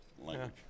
language